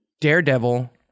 Daredevil